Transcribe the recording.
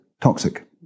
toxic